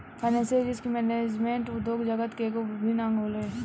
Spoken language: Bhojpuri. फाइनेंशियल रिस्क मैनेजमेंट उद्योग जगत के एगो अभिन्न अंग हवे